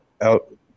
out